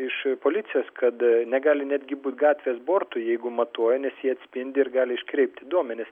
iš policijos kad negali netgi būt gatvės bortų jeigu matuoja nes jie atspindi ir gali iškreipti duomenis